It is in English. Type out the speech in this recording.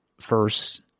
first